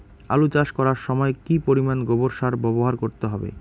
আলু চাষ করার সময় কি পরিমাণ গোবর সার ব্যবহার করতে হবে?